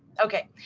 okay.